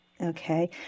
okay